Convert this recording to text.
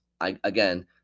again